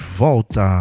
volta